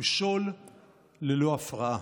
למשול ללא הפרעה".